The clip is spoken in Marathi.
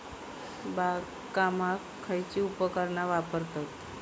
बागकामाक खयची उपकरणा वापरतत?